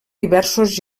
diversos